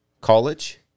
college